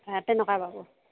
এ তেনেকুৱাই পাব